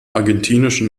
argentinischen